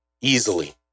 Easily